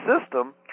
system